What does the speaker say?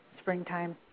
springtime